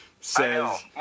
says